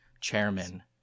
chairman